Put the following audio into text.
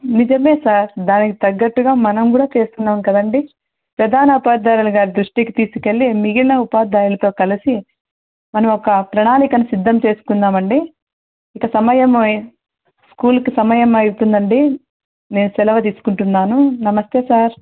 నిజమే సార్ దానికి తగ్గట్టుగా మనం కూడా చేస్తున్నాం కదండి ప్రధాన ఉపాధ్యాయులుగా దృష్టికి తీసుకు వెళ్లి మిగిలిన ఉపాధ్యాయులతో కలిసి మన ఒక ప్రణాళికను సిద్ధం చేసుకుందాం అండి ఇక సమయం స్కూల్కి సమయం అయితుంది అండి నేను సెలవు తీసుకుంటున్నాను నమస్తే సార్